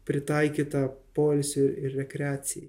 pritaikyta poilsiui ir rekreacijai